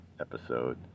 episode